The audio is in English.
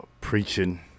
preaching